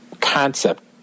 concept